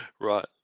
right